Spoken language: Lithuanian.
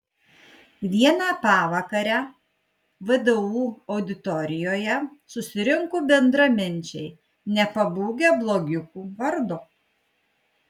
vieną pavakarę vdu auditorijoje susirinko bendraminčiai nepabūgę blogiukų vardo